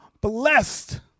blessed